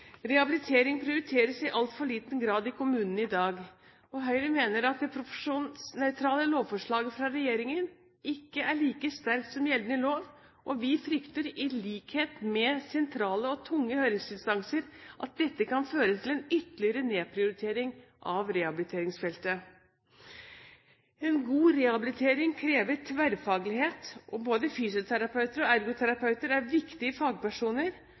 Rehabilitering prioriteres i altfor liten grad i kommunene i dag. Høyre mener at det profesjonsnøytrale lovforslaget fra regjeringen ikke er like sterkt som gjeldende lov, og vi frykter i likhet med sentrale og tunge høringsinstanser at dette kan føre til en ytterligere nedprioritering av rehabiliteringsfeltet. En god rehabilitering krever tverrfaglighet, og både fysioterapeuter og ergoterapeuter er viktige fagpersoner.